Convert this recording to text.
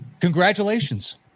congratulations